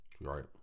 right